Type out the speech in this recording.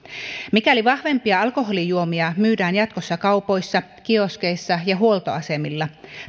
mikäli vahvempia alkoholijuomia myydään jatkossa kaupoissa kioskeissa ja huoltoasemilla